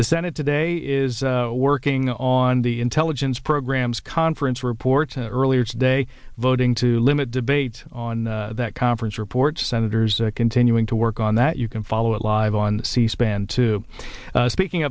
the senate today is working on the intelligence programs conference reports and earlier today voting to limit debate on that conference report senators continuing to work on that you can follow it live on c span two speaking